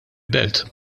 belt